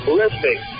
listening